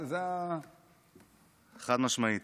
חד-משמעית.